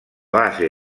base